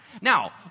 Now